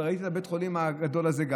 וראיתי גם את בית החולים הגדול הזה,